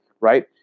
right